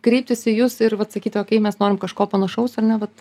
kreiptis į jus ir vat sakyti okei mes norim kažko panašaus ar ne vat